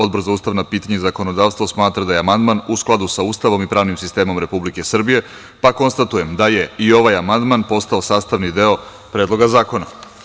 Odbor za ustavna pitanja i zakonodavstvo smatra da je amandman u skladu sa Ustavom i pravnim sistemom Republike Srbije, pa konstatujem da je ovaj amandman postao sastavni deo Predloga zakona.